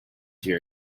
here